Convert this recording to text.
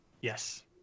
yes